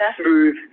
smooth